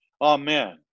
Amen